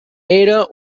era